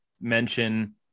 mention